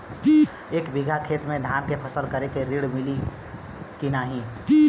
एक बिघा खेत मे धान के फसल करे के ऋण मिली की नाही?